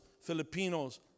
Filipinos